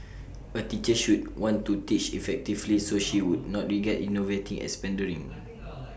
A teacher should want to teach effectively so she would not regard innovating as pandering